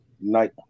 night